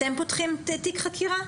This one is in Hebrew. אתם פותחים תיק חקירה?